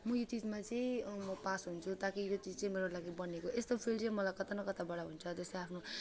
म यो चिजमा चाहिँ पास हुन्छु ताकि यो चिज चाहिँ मेरो लागि बनिएको हो यस्तो फिल चाहिँ मलाई कता न कताबटा हुन्छ जस्तै आफ्नो